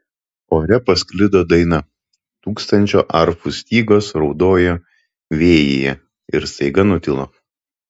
ore pasklido daina tūkstančio arfų stygos raudojo vėjyje ir staiga nutilo